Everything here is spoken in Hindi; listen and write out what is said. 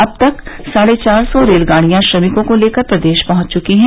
अब तक साढ़े चार सौ रेलगाड़ियां श्रमिकों को लेकर प्रदेश पहुंच चुकी हैं